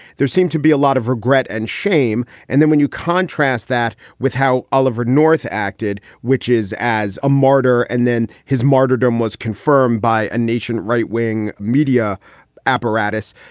there seemed to be a lot of regret and shame. and then when you contrast that with how oliver north acted, which is as a martyr, and then his martyrdom was confirmed by a nation right wing media apparatus,